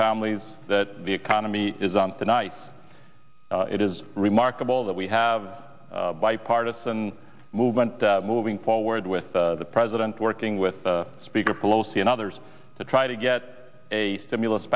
families that the economy is on tonight it is remarkable that we have a bipartisan movement moving forward with the president working with speaker pelosi and others to try to get a stimulus